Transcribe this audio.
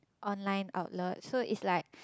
online outlet so it's like